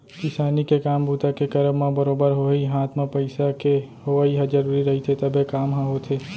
किसानी के काम बूता के करब म बरोबर होही हात म पइसा के होवइ ह जरुरी रहिथे तभे काम ह होथे